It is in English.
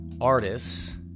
artists